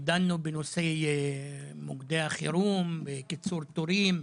דנו בנושא מוקדי החירום, בקיצור תורים,